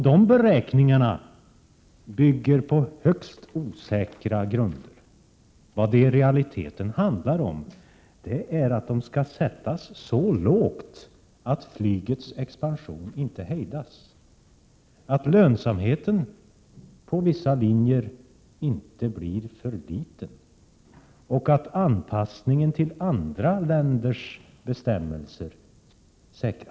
De beräkningarna bygger på högst osäkra grunder. Vad det i realiteten handlar om är att dessa skall sättas så lågt att flygets expansion inte hejdas, så att lönsamheten på vissa linjer inte blir för liten och så att anpassningen till andra länders betämmelser säkras.